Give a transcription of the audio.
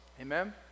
Amen